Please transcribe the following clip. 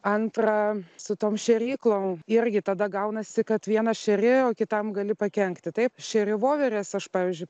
antra su tom šėryklom irgi tada gaunasi kad vieną šeri o kitam gali pakenkti taip šeri voveres aš pavyzdžiui